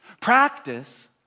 Practice